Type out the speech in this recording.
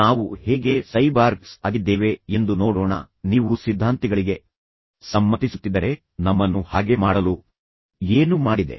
ನಾವು ಹೇಗೆ ಸೈಬಾರ್ಗ್ಸ್ ಆಗಿದ್ದೇವೆ ಎಂದು ನೋಡೋಣ ನೀವು ಸಿದ್ಧಾಂತಿಗಳಿಗೆ ಸಮ್ಮತಿಸುತ್ತಿದ್ದರೆ ನಮ್ಮನ್ನು ಹಾಗೆ ಮಾಡಲು ಏನು ಮಾಡಿದೆ